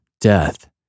death